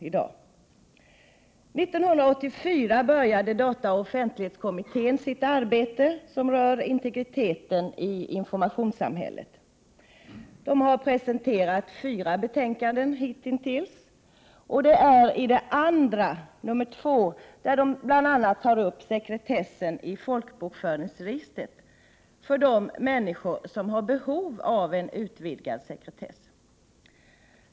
1984 började dataoch offentlighetskommittén att arbeta med frågor som rör integriteten i informationssamhället. Kommittén har hittills presenterat fyra delbetänkanden. I delbetänkande 2 tas bl.a. sekretessen i folkbokföringsregistret upp för de människor som har behov av en utvidgning av sekretessen.